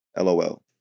LOL